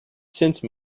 since